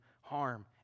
harm